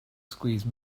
squeeze